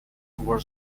were